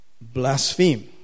blaspheme